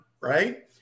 right